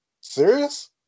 Serious